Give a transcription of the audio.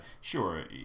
Sure